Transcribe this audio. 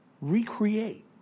Recreate